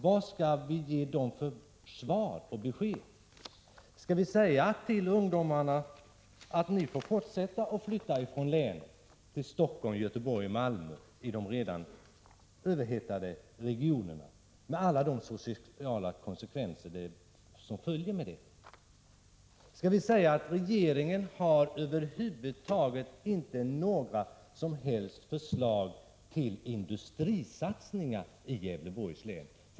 Vad skall vi ge dem för besked? Skall vi säga till ungdomarna att de får flytta ifrån länet, till Stockholm, Göteborg och Malmö som redan är överhettade regioner? Skall vi ta alla de sociala konsekvenser som följer med detta? Skall vi säga att regeringen över huvud taget inte har några som helst förslag till industrisatsningar i Gävleborgs län?